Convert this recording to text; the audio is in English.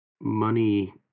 money